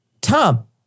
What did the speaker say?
Tom